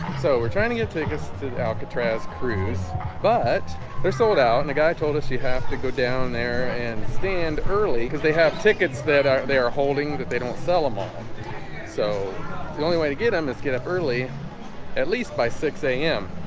so we're trying to get tickets to alcatraz cruise but they're sold out and the guy told us you have to go down there and stand early because they have tickets that are they are holding that they don't sell them off so the only way to get him is get up early at least by six zero a m.